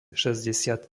šesťdesiat